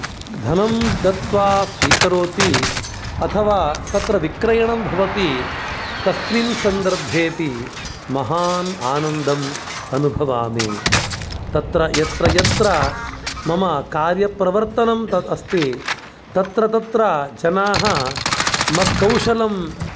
धनं दत्वा स्वीकरोति अथवा तत्र विक्रयणं भवति तस्मिन् सन्दर्भेऽपि महान् आनन्दम् अनुभवामि तत्र यत्र यत्र मम कार्यप्रवर्तनम् अस्ति तत्र तत्र जनाः मत्कौशलं